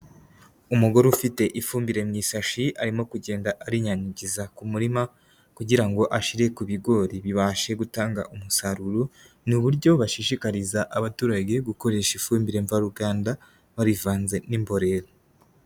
Umugore ufite ifumbire mu isashi, arimo kugenda arinyanyagiza ku murima kugira ngo ashyire ku bigori bibashe gutanga umusaruro, ni uburyo bashishikariza abaturage gukoresha ifumbire mvaruganda barivanze n'imborera.